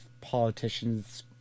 politicians